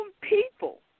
people